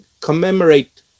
commemorate